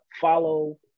follow